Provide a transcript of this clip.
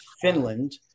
Finland